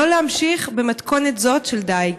לא להמשיך במתכונת זאת של דיג?